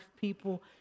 people